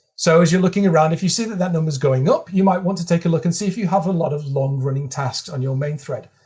so as you're looking around, if you see that that number's going up you might want to take a look and see if you have a lot of long-running tasks on your main thread.